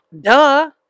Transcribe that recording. duh